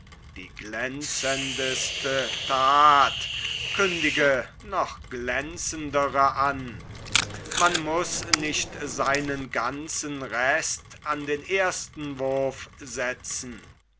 die glänzendeste that kündige noch glänzendere an man muß nicht seinen ganzen rest an den ersten wurf setzen